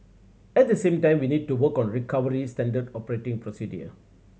at the same time we need to work on recovery standard operating procedure